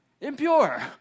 impure